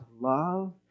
love